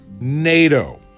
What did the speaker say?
NATO